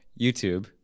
YouTube